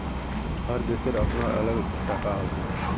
हर देशेर अपनार अलग टाका हछेक